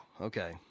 Okay